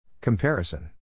Comparison